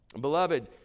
Beloved